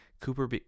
Cooper